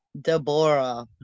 Deborah